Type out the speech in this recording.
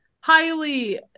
highly